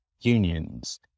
unions